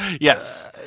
Yes